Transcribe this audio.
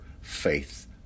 faith